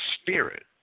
spirit